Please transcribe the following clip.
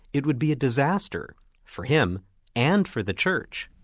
it would be a disaster for him and for the church.